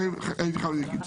זה לא נכון.